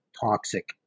toxic